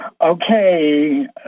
Okay